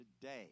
today